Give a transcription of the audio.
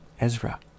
Ezra